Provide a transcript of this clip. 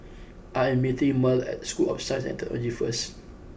I am meeting Merl at School of Science and Technology first